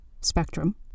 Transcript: spectrum